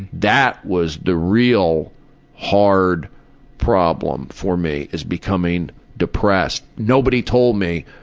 that was the real hard problem for me, is becoming depressed. nobody told me,